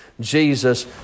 Jesus